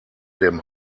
dem